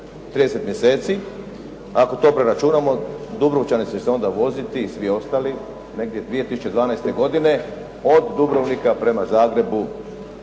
30 mjeseci. Ako to preračunamo, Dubrovčani će se onda voziti, i svi ostali, negdje 2012. godine od Dubrovnika prema Zagrebu